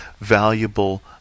valuable